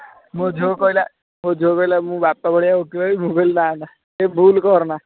ମୋର ଝିଅ କହିଲା ମୋ ଝିଅ କହିଲା ମୁଁ ବାପା ଭଳିଆ ଓକିଲ ହେବି ମୁଁ କହିଲି ନା ନା ସେ ଭୁଲ କରନା